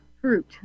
fruit